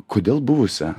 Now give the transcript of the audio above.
kodėl buvusią